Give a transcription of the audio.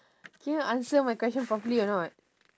can you answer my question properly or not